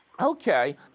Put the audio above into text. Okay